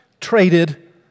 traded